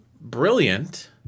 brilliant